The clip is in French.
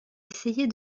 essayer